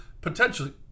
potentially